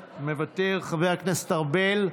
מוותר, חבר הכנסת ארבל,